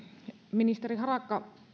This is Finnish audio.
ministeri harakka